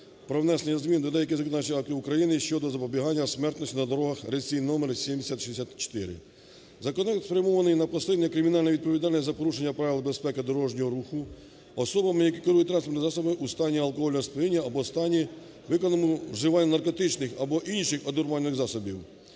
Законопроект спрямований на посилення кримінальної відповідальності за порушення правил безпеки дорожнього руху особами, які керують транспортними засобами у стані алкогольного сп'яніння або стані, викликаному вживанням наркотичних або інших одурманюючих засобів.